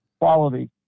quality